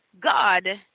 God